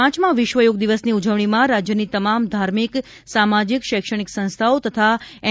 પાંચમા વિશ્વ યોગ દિવસની ઉજવણીમાં રાજ્યની તમામ ધાર્મિક સામાજિક શૈક્ષણિક સંસ્થાઓ તથા એન